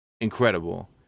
incredible